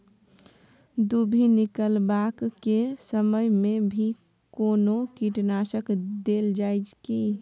दुभी निकलबाक के समय मे भी कोनो कीटनाशक देल जाय की?